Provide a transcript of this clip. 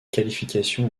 qualification